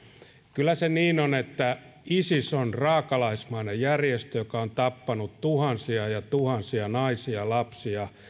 kyllä se niin on että isis on raakalaismainen järjestö joka on tappanut tuhansia ja tuhansia naisia ja lapsia